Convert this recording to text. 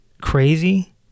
crazy